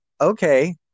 okay